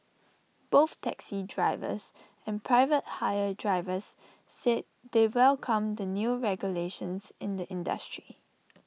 both taxi drivers and private hire drivers said they welcome the new regulations in the industry